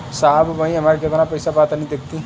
साहब अबहीं हमार कितना पइसा बा तनि देखति?